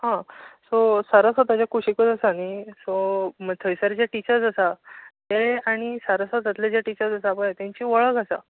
हा सो सारस्वताच्या कुशीकच आसा न्ही सो थंयसर जे टिचर्स आसा ते आनी सारस्वतांतलें जे टिचर्स आसा पळय तांची वळख आसा